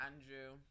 Andrew